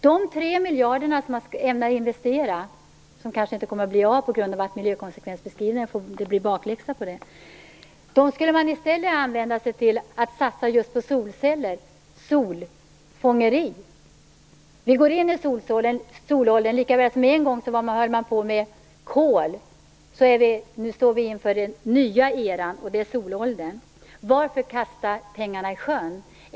De 3 miljarder kronor man ämnar investera, som kanske inte kommer att bli av på grund av att det blir bakläxa när det gäller miljökonsekvensbeskrivningen, skulle man i stället kunna använda till att satsa på solceller, på solfångeri. Vi går i solåldern. En gång höll man på med kol. Nu står vi inför den nya eran, och det är solåldern. Varför kasta pengarna i sjön?